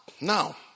Now